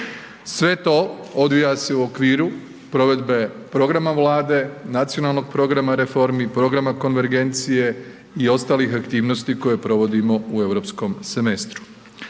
Sve to odvija se u okviru provedbe programa Vlade, nacionalnog programa reformi, programa konvergencije i ostalih aktivnosti koje provodimo u europskom semestru.